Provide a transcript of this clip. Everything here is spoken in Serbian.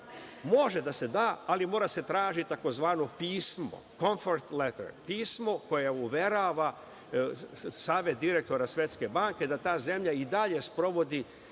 Može da se da, ali mora da se traži tzv. pismo, comfort letter, pismo koje uverava Savet direktora Svetske banke da ta zemlja i dalje sprovodi